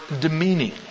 demeaning